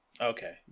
Okay